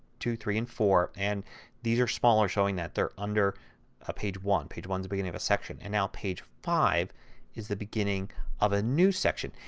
two, three, and four. and these are smaller showing that they are under ah page one with page one the beginning of a section. and now page five is the beginning of a new section.